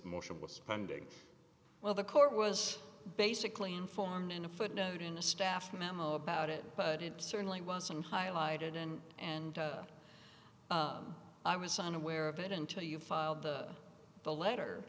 motion was spending well the court was basically informed in a footnote in a staff memo about it but it certainly wasn't highlighted and and i was unaware of it until you filed the the letter